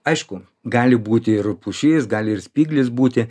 aišku gali būti ir pušis gali ir spyglis būti